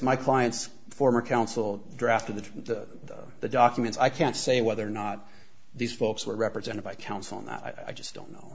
my client's former counsel draft of the the documents i can't say whether or not these folks were represented by counsel and i just don't know